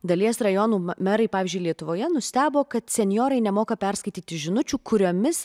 dalies rajonų merai pavyzdžiui lietuvoje nustebo kad senjorai nemoka perskaityti žinučių kuriomis